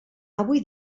avui